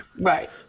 Right